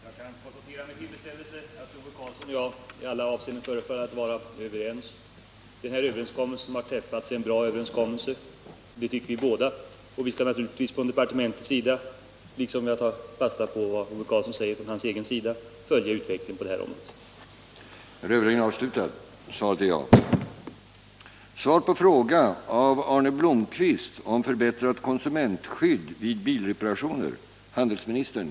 Herr talman! Jag kan med tillfredsställelse konstatera att Ove Karlsson och jag förefaller att vara överens i alla avseenden. Den överenskommelse som har träffats är en bra överenskommelse — det tycker vi båda. Jag tar fasta på vad Ove Karlsson sade om att han skall följa utvecklingen på det här området, och det skall vi naturligtvis göra också från departementets sida.